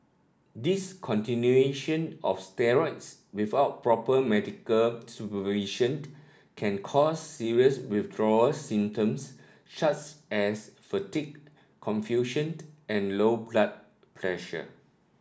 discontinuation of steroids without proper medical supervision can cause serious withdrawal symptoms such as fatigue confusion and low blood pressure